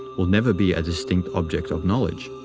will never be a distinct object of knowledge.